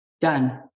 done